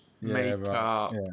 makeup